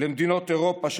למדינות אירופה,